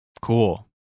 Cool